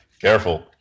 careful